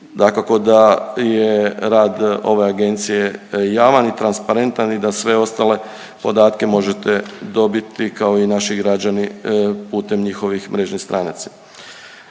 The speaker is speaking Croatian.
Dakako da je rad ove agencije javan i transparentan i da sve ostale podatke možete dobiti, kao i naši građani putem njihovih mrežnih stranica.